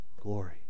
glory